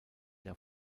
der